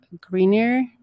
greener